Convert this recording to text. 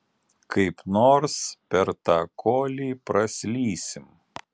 kaip nors per tą kolį praslysim